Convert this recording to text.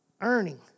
earning